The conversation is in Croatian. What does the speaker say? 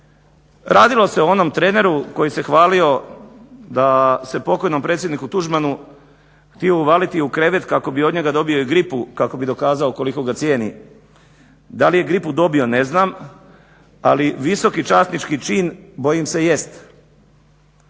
Radilo se o onom treneru koji se hvalio da se pokojnom predsjedniku Tuđmanu htio uvaliti u krevet kako bi od njega dobio i gripu kako bi dokazao koliko ga cijeni. Da li je gripu dobio ne znam, ali visoki časnički čin bojim se jest.